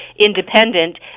independent